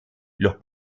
los